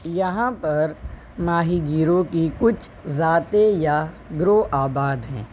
یہاں پر ماہی گیروں کی کچھ ذاتیں یا گروہ آباد ہیں